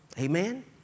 Amen